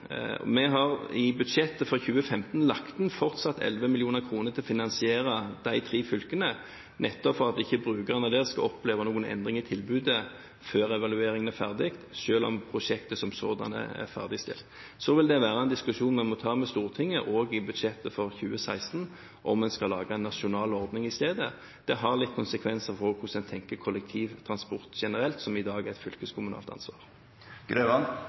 Vi har i budsjettet for 2015 fortsatt lagt inn 11 mill. kr til å finansiere de tre fylkene, nettopp for at ikke brukerne der skal oppleve noen endring i tilbudet før evalueringen er ferdig, selv om prosjektet som sådant er ferdigstilt. Så vil dette være en diskusjon vi må ta med Stortinget, og i budsjettet for 2016, om en skal lage en nasjonal ordning i stedet. Det har litt konsekvenser for hvordan en tenker rundt kollektivtransport generelt, som i dag er et fylkeskommunalt